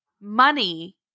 money